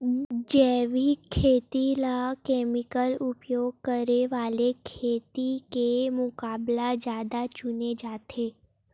जैविक खेती ला केमिकल उपयोग करे वाले खेती के मुकाबला ज्यादा चुने जाते